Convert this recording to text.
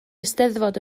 eisteddfod